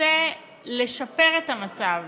רוצה לשפר את המצב.